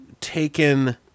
taken